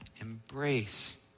embrace